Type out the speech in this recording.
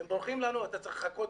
הם בורחים לנו, אתה צריך לחכות